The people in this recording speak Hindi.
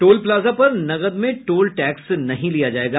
टोल प्लाजा पर नकद में टोल टैक्स नहीं लिया जायेगा